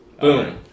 Boom